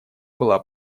была